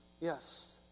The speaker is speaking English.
Yes